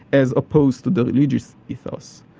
as opposed to the religious ethos,